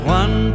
one